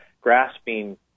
grasping